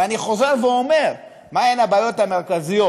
ואני חוזר ואומר מהן הבעיות המרכזיות